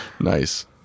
Nice